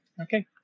Okay